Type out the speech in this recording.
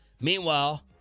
Meanwhile